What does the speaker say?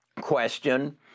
question